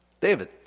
David